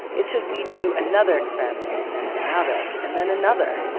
it should lead to another experiment, and then another, and then another.